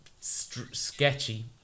sketchy